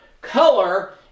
Color